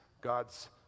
God's